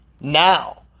now